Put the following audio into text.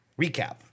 Recap